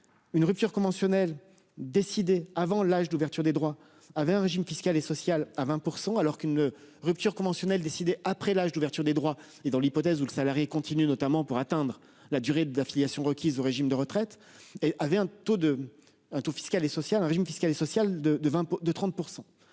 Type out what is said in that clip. Une rupture conventionnelle décidé avant l'âge d'ouverture des droits à vers un régime fiscal et social à 20% alors qu'une rupture conventionnelle décidée après l'âge d'ouverture des droits et dans l'hypothèse où le salarié continue notamment pour atteindre la durée d'affiliation requise au régime de retraite et avait un taux de 1 To fiscales et sociales,